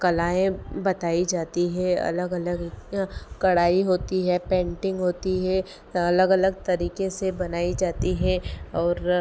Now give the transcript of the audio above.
कलाएँ बताई जाती हैं अलग अलग यहाँ कढ़ाई होती है पेन्टिन्ग होती है अलग अलग तरीके से बनाई जाती है और